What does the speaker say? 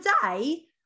Today